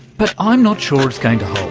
but i'm not sure it's going to